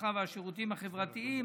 הרווחה והשירותים החברתיים,